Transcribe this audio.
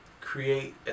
create